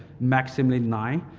maximally nine,